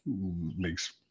makes